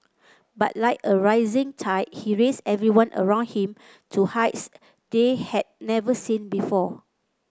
but like a rising tide he raised everyone around him to heights they had never seen before